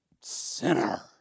sinner